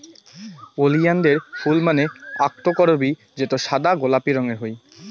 ওলিয়ানদের ফুল মানে অক্তকরবী যেটো সাদা বা গোলাপি রঙের হই